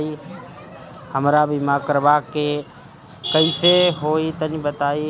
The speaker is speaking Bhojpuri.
हमरा बीमा करावे के बा कइसे होई तनि बताईं?